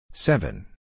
Seven